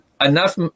enough